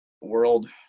world